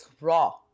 raw